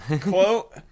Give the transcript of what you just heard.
Quote